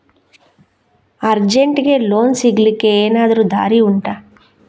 ಅರ್ಜೆಂಟ್ಗೆ ಲೋನ್ ಸಿಗ್ಲಿಕ್ಕೆ ಎನಾದರೂ ದಾರಿ ಉಂಟಾ